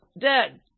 Dead